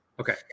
okay